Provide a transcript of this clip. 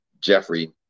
Jeffrey